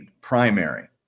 primary